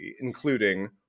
including